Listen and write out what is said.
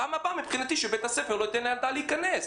בפעם הבאה מבחינתי שבית הספר לא ייתן לילדה להיכנס.